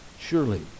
Surely